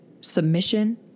submission